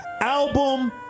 album